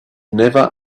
never